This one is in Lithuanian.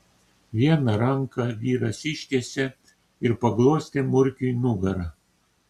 vieną ranką vyras ištiesė ir paglostė murkiui nugarą